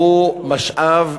הוא משאב ציבורי,